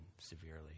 severely